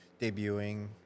debuting